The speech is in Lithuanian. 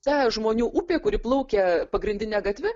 ta žmonių upė kuri plaukė pagrindine gatve